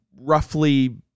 roughly